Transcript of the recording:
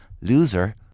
Loser